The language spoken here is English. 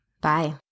Bye